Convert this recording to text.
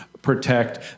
protect